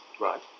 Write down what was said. Right